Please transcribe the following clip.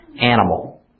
animal